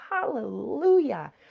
Hallelujah